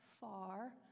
far